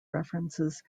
references